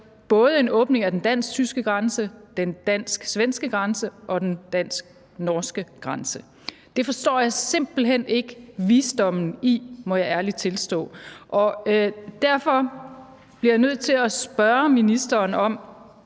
det en åbning af både den dansk-tyske grænse, den dansk-svenske grænse og den dansk-norske grænse. Det forstår jeg simpelt hen ikke visdommen i, må jeg ærligt tilstå, og derfor bliver jeg nødt til at spørge ministeren om